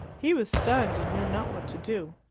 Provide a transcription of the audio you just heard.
he was stunned and knew not what to do.